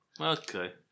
Okay